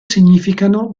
significano